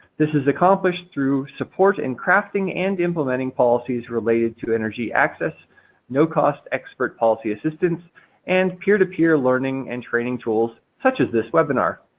this is accomplished through support and crafting and implementing policies relating to energy access and no cost expert policy assistance and peer to peer learning and training tools such as this webinar.